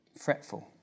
fretful